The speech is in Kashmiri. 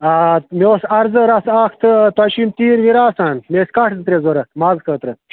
آ مےٚ اوس عرضہٕ رَژھ اَکھ تہٕ تۄہہِ چھُو یِم تیٖر ویٖر آسان مےٚ ٲسۍ کَٹھ زٕ ترٛےٚ ضوٚرَتھ مازٕ خٲطرٕ